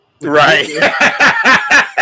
right